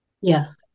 Yes